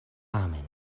amen